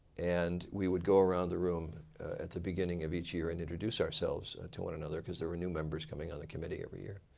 and we would go around the room at the beginning of each year and introduce ourselves to one another because there were new members coming on the committee every year.